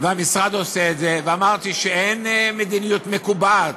והמשרד עושה את זה, ואמרתי שאין מדיניות מקובעת,